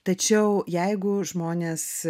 tačiau jeigu žmonės